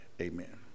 Amen